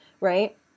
right